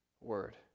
word